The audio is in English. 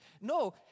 No